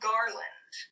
Garland